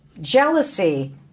Jealousy